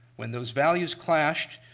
when those values clashed,